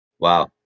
Wow